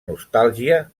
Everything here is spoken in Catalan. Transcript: nostàlgia